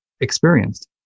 experienced